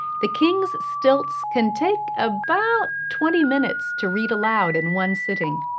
the king's stilts can take about twenty minutes to read aloud in one sitting.